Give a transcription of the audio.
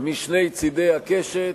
משני צדי הקשת.